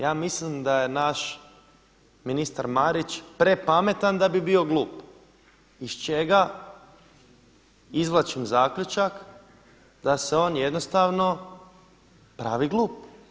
Ja mislim da je naš ministar Marić prepametan da bi bio glup iz čega izvlačim zaključak da se on jednostavno pravi glup.